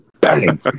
Bang